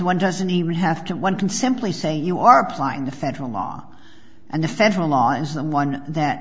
one doesn't even have to one can simply say you are applying the federal law and the federal law is someone that